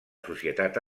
societat